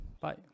Bye